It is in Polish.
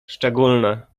szczególne